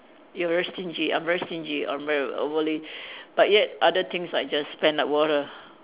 you are very stingy I'm very stingy I'm very overly but yet other things I just spend like water